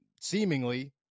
seemingly